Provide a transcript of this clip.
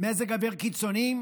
מזג אוויר קיצוניים: